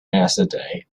yesterday